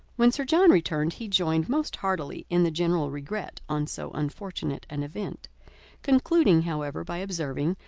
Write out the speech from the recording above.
when sir john returned, he joined most heartily in the general regret on so unfortunate an event concluding however by observing,